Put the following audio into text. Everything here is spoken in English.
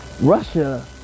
Russia